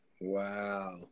Wow